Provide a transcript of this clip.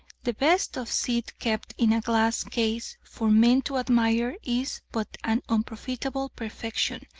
the best of seed kept in a glass case for men to admire is but an unprofitable perfection.